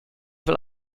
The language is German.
will